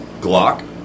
Glock